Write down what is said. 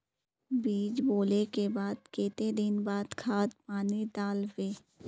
बीज बोले के बाद केते दिन बाद खाद पानी दाल वे?